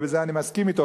ובזה אני מסכים אתו,